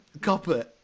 copper